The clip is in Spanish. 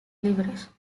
libres